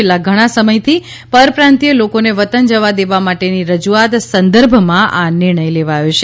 છેલ્લા ઘણા સમયથી પરપ્રાંતીય લોકોને વતન જવા દેવા માટેની રજૂઆત સંદર્ભમાં આ નિર્ણય લેવાયો છે